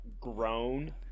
grown